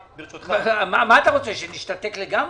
מה אתה רוצה, שנשתתק לגמרי?